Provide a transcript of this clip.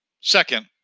Second